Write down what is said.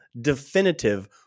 definitive